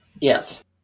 Yes